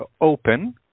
open